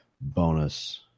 bonus